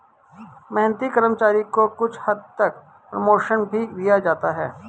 मेहनती कर्मचारी को कुछ हद तक प्रमोशन भी दिया जाता है